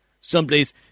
Someplace